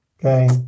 okay